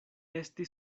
esti